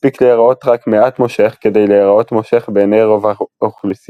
מספיק להיות רק מעט מושך כדי להיראות מושך בעיני רוב האוכלוסייה.